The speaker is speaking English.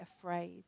afraid